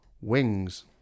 Wings